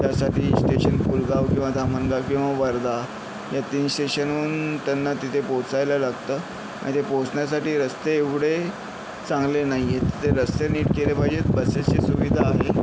त्यासाठी स्टेशन पुलगाव किंवा धामणगांव किंवा वर्धा या तीन स्टेशनहून त्यांना तिथे पोहोचायला लागतं आणि ते पोहोचण्यासाठी रस्ते एवढे चांगले नाही आहेत ते रस्ते नीट केले पाहिजेत बसेसची सुविधा आहे